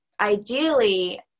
ideally